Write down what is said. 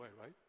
right